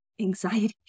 anxiety